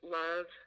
love